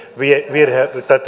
vire